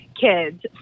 kids